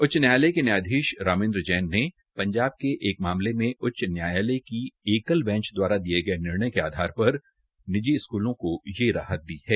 उच्च न्यायालय के न्यायाधीश रामेंद्र जैन ने पंजाब के एक मामले में उच्च न्यायालय की एकल बैंच द्वारा दिए गये निर्णय के आधार पर निजी स्कूलों की यह राहत दी है